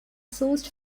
sourced